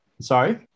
sorry